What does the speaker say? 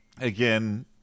Again